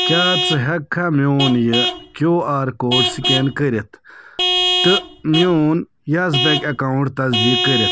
کیٛاہ ژٕ ہیٚکہٕ کھا میٛون یہِ کیٛو آر کوڈ سِکین کٔرِتھ تہٕ میٛون یَس بیٚنٛک ایٚکاونٛٹ تصدیق کٔرِتھ